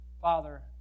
Father